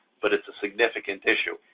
but it's a significant issue,